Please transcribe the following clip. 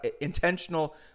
intentional